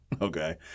okay